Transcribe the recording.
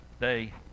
day